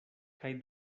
kaj